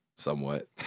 Somewhat